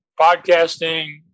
podcasting